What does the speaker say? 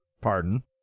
pardon